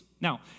Now